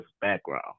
background